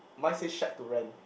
mine say shack to rent